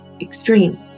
extreme